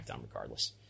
regardless